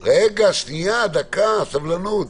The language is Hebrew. רגע, שנייה, סבלנות.